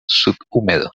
subhúmedo